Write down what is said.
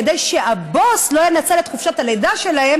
כדי שהבוס לא ינצל את חופש הלידה שלהן